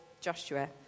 Joshua